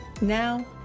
now